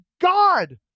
God